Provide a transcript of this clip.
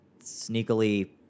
sneakily